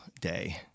day